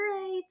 great